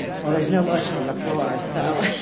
well, there's no motion on the floor, so